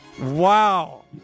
Wow